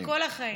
לכל החיים.